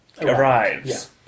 arrives